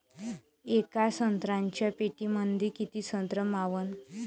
येका संत्र्याच्या पेटीमंदी किती संत्र मावन?